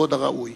בכבוד הראוי.